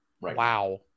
Wow